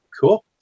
cool